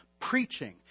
preaching